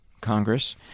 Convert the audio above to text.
Congress